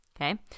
okay